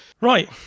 Right